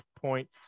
point